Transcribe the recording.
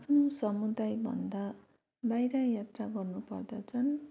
आफ्नो समुदाय भन्दा बाहिर यात्रा गर्नु पर्दा चाहिँ